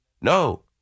No